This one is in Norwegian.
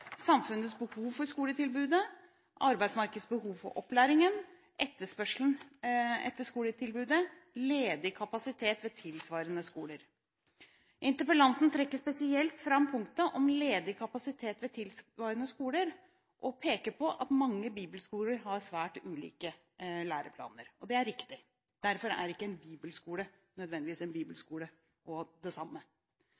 samfunnets behov for skoletilbudet arbeidsmarkedets behov for opplæringen etterspørselen etter skoletilbudet ledig kapasitet ved tilsvarende skoler Interpellanten trekker spesielt fram punktet om ledig kapasitet ved tilsvarende skoler og peker på at mange bibelskoler har svært ulike læreplaner. Det er riktig. Derfor er ikke en bibelskole og en